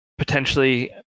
Potentially